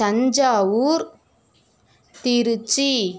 Thanjavur Trichy